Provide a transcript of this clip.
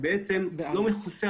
לא מכוסה.